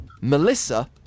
Melissa